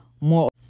more